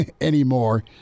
anymore